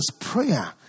prayer